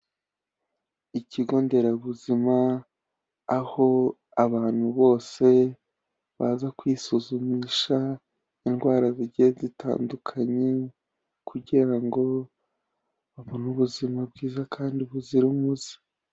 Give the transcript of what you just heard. Ikigo nderabuzima aho abantu bose baza kwisuzumisha indwara zigiye zitandukanye kugira ngo babone ubuzima bwiza kandi buzira umuze.